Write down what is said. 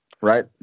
right